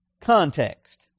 context